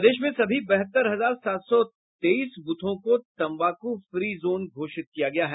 प्रदेश में सभी बहत्तर हजार सात सौ तेईस ब्रथों को तम्बाकू फ्री जोन घोषित किया गया है